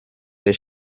des